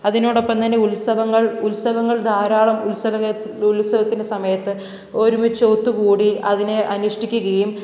അതിനോടൊപ്പം തന്നെ ഉത്സവങ്ങള് ഉത്സവങ്ങള് ധാരാളം ഉത്സവത്തിന് സമയത്ത് ഒരുമിച്ച് ഒത്തുകൂടി അതിനെ അനുഷ്ഠിക്കുകയും